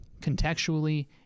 contextually